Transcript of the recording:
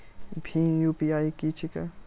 भीम UPI की छीके?